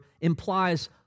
implies